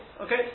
Okay